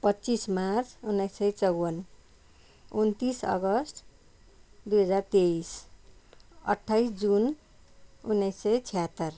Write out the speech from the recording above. पच्चिस मार्च उन्नाइस सय चौवन्न उन्तिस अगस्त दुई हजार तेइस अट्ठाइस जुन उन्नाइस सय छ्यातर